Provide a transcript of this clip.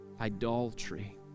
idolatry